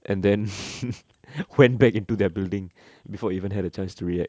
and then went back into their building before you even had a chance to react